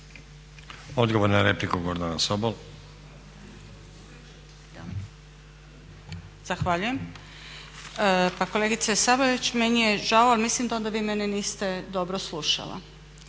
Sobol. **Sobol, Gordana (SDP)** Zahvaljujem. Pa kolegice Sabolić, meni je žao jer mislim da onda vi mene niste dobro slušala.